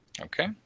Okay